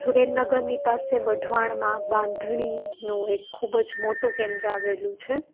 સુરેન્દ્રનગરની પાસે વઢવાણમાં બાંધણીનું એક ખૂબ જ મોટું કેન્દ્ર આવેલું છે